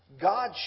God